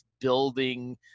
building